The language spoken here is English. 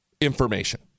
information